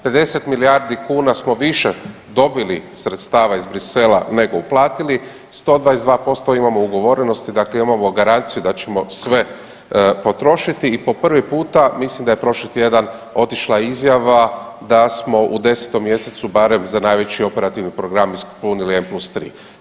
50 milijardi kuna smo više dobili sredstava iz Bruxellesa nego uplatili, 122% imamo ugovorenosti dakle imamo garanciju da ćemo sve potrošiti i po prvi puta mislim da je prošli tjedan otišla izjava da smo u 10. mjesecu barem za najveći operativni program ispunili N+3.